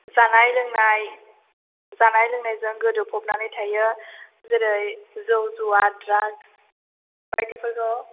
जानाय लोंनाय जानाय लोंनायजों गोदो फबनानै थायो जेरै जौ जुवा द्राक्स बायदिफोरखौ